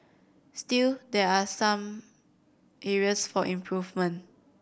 still there are some areas for improvement